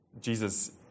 Jesus